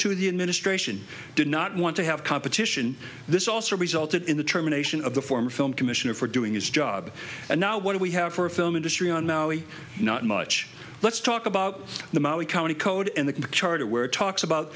to the administration did not want to have competition this also resulted in the terminations of the former film commissioner for doing his job and now what do we have for a film industry on not much let's talk about the maui county code and the charter where talks about